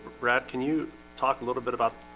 brad can you talk a little bit about?